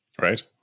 right